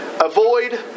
Avoid